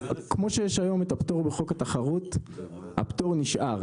כמו שיש היום את הפטור בחוק התחרות, הפטור נשאר,